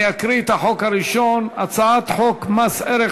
אני אקרא את שם החוק הראשון: הצעת חוק מס ערך